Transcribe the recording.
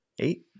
eight